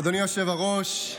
אדוני היושב-ראש,